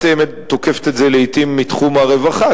את תוקפת את זה לעתים מתחום הרווחה,